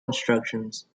instructions